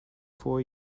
four